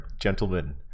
gentlemen